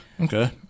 Okay